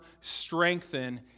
strengthen